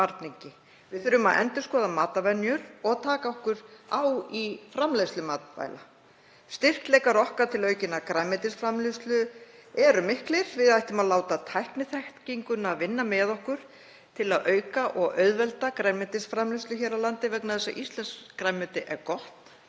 Við þurfum að endurskoða matarvenjur og taka okkur á í framleiðslu matvæla. Styrkleikar okkar til aukinnar grænmetisframleiðslu eru miklir. Við ættum að láta tækniþekkinguna vinna með okkur til að auka og auðvelda grænmetisframleiðslu hér á landi vegna þess að íslenskt grænmeti er gott